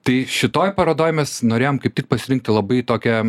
tai šitoj parodoj mes norėjom kaip tik pasirinkti labai tokią